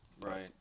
Right